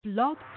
Blog